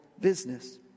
business